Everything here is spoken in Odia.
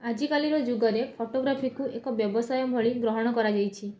ଆଜିକାଲିର ଯୁଗରେ ଫଟୋଗ୍ରାଫିକୁ ଏକ ବ୍ୟବସାୟ ଭଳି ଗ୍ରହଣ କରାଯାଇଛି